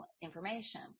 information